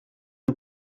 mae